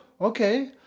okay